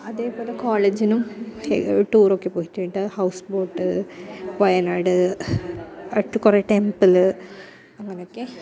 അതേപോലെ കോളേജിനും ടൂറൊക്കെ പോയിട്ടുണ്ട് ഹൗസ് ബോട്ട് വയനാട് അടുത്ത് കുറേ ടെമ്പിള് അങ്ങനെ ഒക്കെ